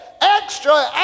Extra